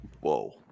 Whoa